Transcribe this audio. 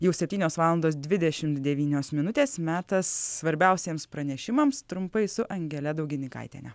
jau septynios valandos dvidešimt devynios minutės metas svarbiausiems pranešimams trumpai su angele daugininkaitienė